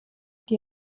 die